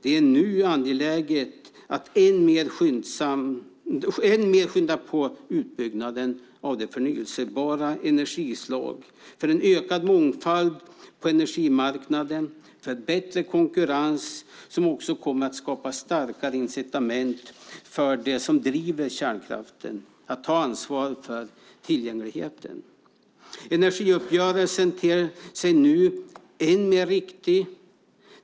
Det är nu angeläget att än mer skynda på utbyggnaden av de förnybara energislagen för en ökad mångfald på energimarknaden och bättre konkurrens som kommer att skapa starkare incitament för dem som driver kärnkraften att ta ansvar för tillgängligheten. Energiuppgörelsen ter sig nu än mer riktig.